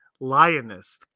Lionist